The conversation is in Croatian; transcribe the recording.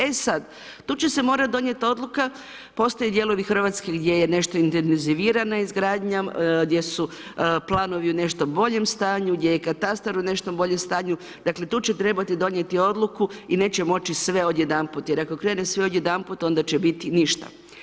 E sad, tu će se morati donijeti odluka, postoje dijelovi Hrvatske gdje je nešto intenzivirano izgradnjom, gdje su planovi nešto u boljem stanju, gdje je katastar u nešto boljem stanju, dakle tu će trebati donijeti odluku i neće moći sve odjedanput jer ako krene sve odjedanput, onda će biti ništa.